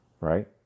right